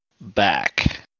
back